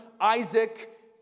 Isaac